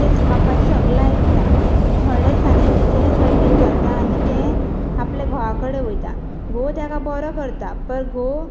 तें बापायचें सगळें आयकता मागीर थोडे दिसांनी तेजें लगीन जाता आनी मागीर तें आपल्या घोवा कडेन वयता घोव तेका बरो करता पर घोव